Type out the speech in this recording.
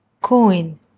coin